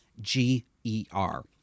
G-E-R